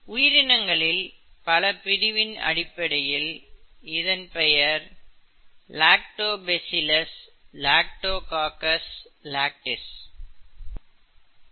உயிரினங்களின் பல பிரிவின் அடிப்படையில் இதன் பெயர் lactobacillus lactococcus lactis Lactobacillus Lactococcus lactis